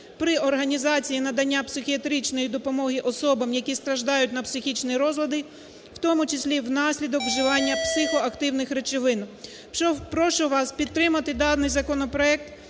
при організації надання психіатричної допомоги особам, які страждають на психічні розлади, в тому числі внаслідок вживання психоактивних речовин. Прошу вас підтримати даний законопроект,